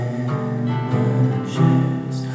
images